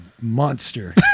monster